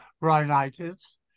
rhinitis